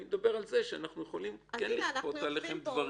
אני מדבר על זה שאנחנו יכולים לכפות עליכם דברים.